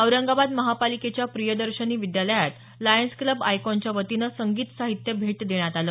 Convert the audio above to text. औरंगाबाद महापालिकेच्या प्रियदर्शनी विद्यालयात Lions Club आयकॉनच्या वतीनं संगीत साहित्य भेट देण्यात आलं